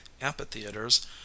amphitheaters